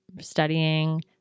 studying